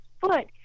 foot